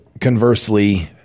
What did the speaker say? conversely